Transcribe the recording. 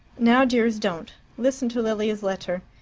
now, dears, don't. listen to lilia's letter.